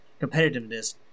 competitiveness